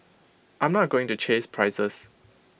I'm not going to chase prices